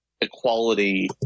equality